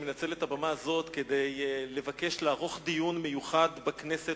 אני מנצל את הבמה הזאת כדי לבקש לערוך דיון מיוחד בכנסת,